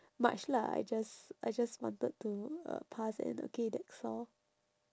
much lah I just I just wanted to uh pass and okay that's all